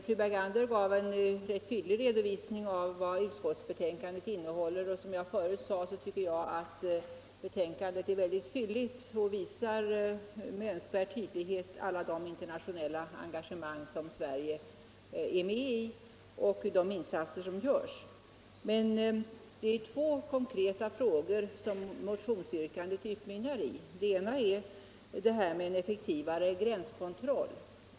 Fru Bergander lämnade en ganska tydlig redovisning av vad utskottets betänkande innehåller. Som jag förut sade tycker jag att betänkandet är mycket fylligt och att det med all önskvärd tydlighet visar alla Sveriges internationella engagemang samt de insatser som där görs. Men yrkandet i motionen utmynnar i två konkreta saker. Den ena är frågan om en effektivare gränskontroll.